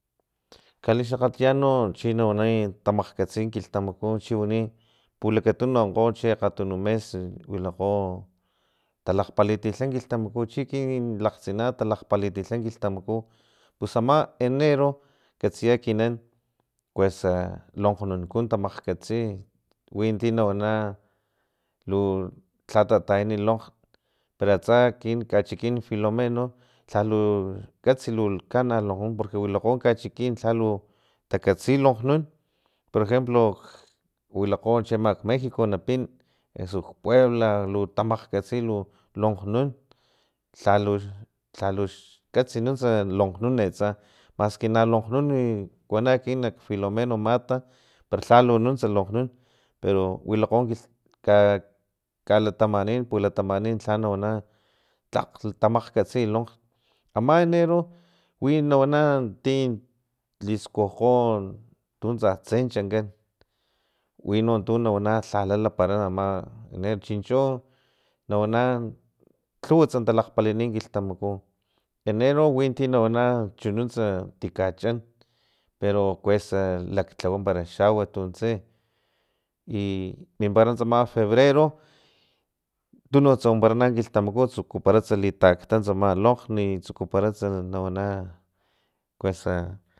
Kalixakgatlitan no chino wani tamakgkatsi kilhtamaku chiwani pulakatunu ankgo chi akgatunu mes wilakgo talakpalitilha kilhtamaku chi ekina lakgtsina talakpalitilha kilhtamaku pus ama enero katsiya ekinan kuesa lokgnunku tamakgkatsi winti nawana lu lha tatayani lonkg para atsa kin kachikin filomeno lhalu kats lonkgnun kana lonkgnun wilakgo kachikin lhalu takatsi lonkgnun porejemplo wilakgo chiama mwxico na pin eso puebla lu tamkgkatsi lu lokgnun lhalu lhalux katsi lokgnun atsa maski na lunkgnun wana ekinan filomeno mata para lhalununts lonkgnun pero wilakgo kilh ka kalatamatnin pulatamatnin lha nawana tlak tamakgatsi lonkg ama enero wi nawana ti liskukgo tuntsa tsen chankan wino tu nawana lhala lapara tsama enero chincho nawana lhuwats talakgpalini kilhtamaku enero winti nawana chununtsa tikackan pero kuesa laklhawa para xawat para tuntse i minpara tsam febrero tununts wanpara kilhtamaku natsukuparats takta tsama lonkgni tsukuparatsa nawan kuesa